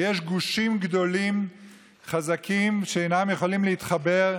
שיש גושים גדולים חזקים שאינם יכולים להתחבר,